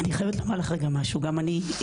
אני חייבת לומר לך רגע משהו: גם אני,